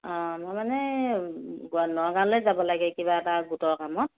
অ মই মানে নগাঁৱলৈ যাব লাগে কিবা এটা গোটৰ কামত